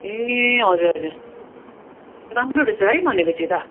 ए हजुर हजुर राम्रो रहेछ है भनेपछि त